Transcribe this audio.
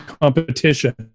competition